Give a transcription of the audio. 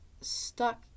stuck